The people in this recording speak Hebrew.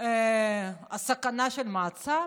סכנה של מעצר,